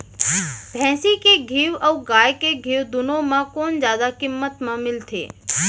भैंसी के घीव अऊ गाय के घीव दूनो म कोन जादा किम्मत म मिलथे?